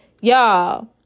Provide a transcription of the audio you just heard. Y'all